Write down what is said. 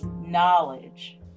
knowledge